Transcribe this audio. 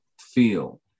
feel